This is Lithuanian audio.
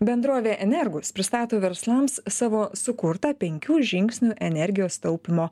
bendrovė energus pristato verslams savo sukurtą penkių žingsnių energijos taupymo